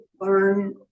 learn